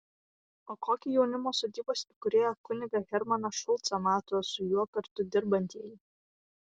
o kokį jaunimo sodybos įkūrėją kunigą hermaną šulcą mato su juo kartu dirbantieji